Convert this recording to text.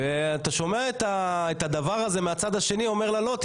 כשאתה שומע את הצד השני אומר לה: לא,